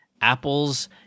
apples